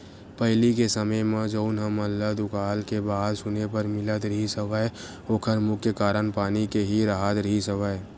पहिली के समे म जउन हमन ल दुकाल के बात सुने बर मिलत रिहिस हवय ओखर मुख्य कारन पानी के ही राहत रिहिस हवय